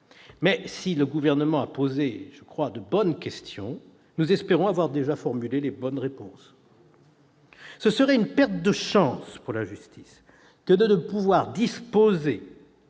Mais, si le Gouvernement a posé de bonnes questions, nous espérons avoir déjà formulé les bonnes réponses ! Ce serait une perte de chance pour la justice que de ne pouvoir disposer